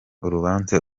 urubanza